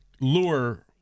lure